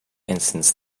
instance